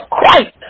Christ